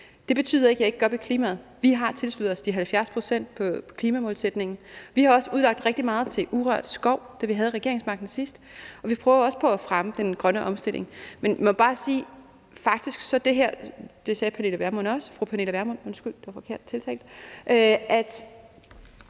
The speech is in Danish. Det betyder ikke, at jeg ikke går op i klimaet. Vi har tilsluttet os de 70 pct. på klimamålsætningen. Vi udlagde også rigtig meget til urørt skov, da vi havde regeringsmagten sidst, og vi prøver også på at fremme den grønne omstilling. Men vi må bare sige – det sagde fru Pernille Vermund også – at